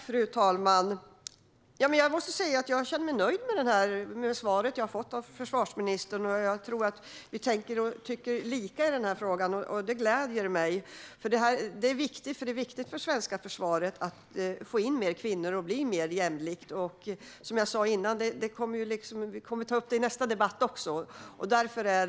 Fru talman! Jag känner mig nöjd med det svar som jag har fått av försvarsministern. Vi tänker och tycker nog lika i den här frågan, och det gläder mig. Det är viktigt för det svenska försvaret att få in mer kvinnor och att bli mer jämlikt. Som jag sa innan kommer vi att ta upp detta också i nästa debatt.